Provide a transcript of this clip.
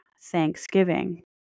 thanksgiving